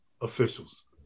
officials